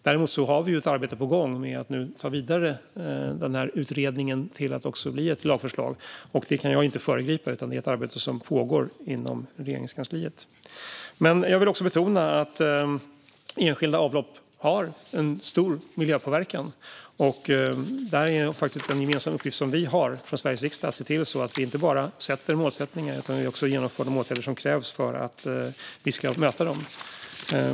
Däremot har vi ett arbete på gång med att nu ta utredningen vidare till att bli ett lagförslag. Det kan jag inte föregripa, utan det är ett arbete som pågår inom Regeringskansliet. Jag vill dock betona att enskilda avlopp har en stor miljöpåverkan. Det är en gemensam uppgift vi har i Sveriges riksdag att se till att vi inte bara sätter upp mål utan att vi också genomför de åtgärder som krävs för att vi ska möta målsättningarna.